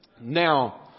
Now